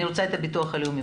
הביטוח הלאומי.